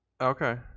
Okay